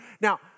Now